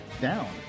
down